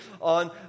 on